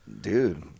dude